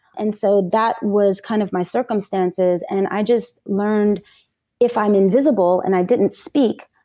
and so that was kind of my circumstances, and i just learned if i'm invisible and i didn't speak,